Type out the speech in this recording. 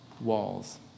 walls